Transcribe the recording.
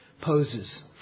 poses